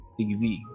TV